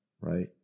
right